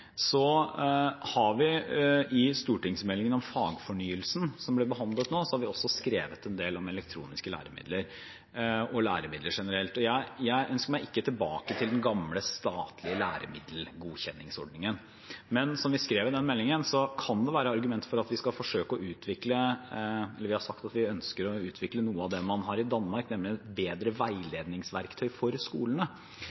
har vi i stortingsmeldingen om fagfornyelsen, som ble behandlet nå, også skrevet en del om elektroniske læremidler og læremidler generelt. Jeg ønsker meg ikke tilbake til den gamle, statlige læremiddelgodkjenningsordningen, men vi har sagt at vi ønsker å utvikle noe av det man har i Danmark, nemlig et bedre veiledningsverktøy for skolene, slik at man når man skal ta valget lokalt på den enkelte skole eller i kommunen om f.eks. innkjøp av digitale verktøy og læremidler, har man litt bedre